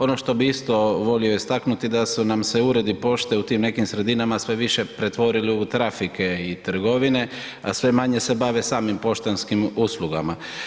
Ono što bi isto volio istaknuti da su nam se uredi pošte u tim nekim sredinama sve više pretvorili u trafike i trgovine, a sve manje se bave samim poštanskim uslugama.